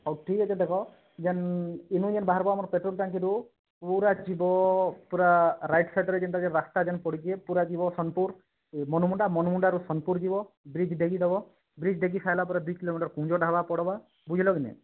ହଉ ଠିକ୍ ଅଛି ଦେଖ ଯେନ୍ ଇମିଡ଼େଟ୍ ବାହାର୍ବ ଆମର ପେଟ୍ରୋଲ୍ ଟାଙ୍କିରୁ ପୁରା ଯିବ ପୁରା ରାଇଟ୍ ସାଇଡ଼୍ରେ ଯେନ୍ତାକେ ରାସ୍ତା ଯେନ୍ ପଡ଼ିଛି ପୁରା ଯିବ ସୋନପୁର ଏ ମନମୁଣ୍ଡା ମନମୁଣ୍ଡାରୁ ସୋନପୁର ଯିବ ବ୍ରିଜ୍ ଦେଇକି ଯିବ ବ୍ରିଜ୍ ଦେଇକି ସାଇଲା ପରେ ଦୁଇ କିଲୋମିଟର କୁଞ୍ଜ ଢାବା ପଡ଼ବା ବୁଝିଲ କି ନାଇଁ